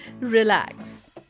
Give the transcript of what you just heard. relax